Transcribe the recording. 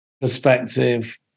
perspective